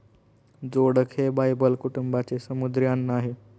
जोडक हे बायबल कुटुंबाचे समुद्री अन्न आहे